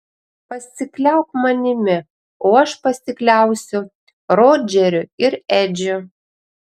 pasikliauk manimi o aš pasikliausiu rodžeriu ir edžiu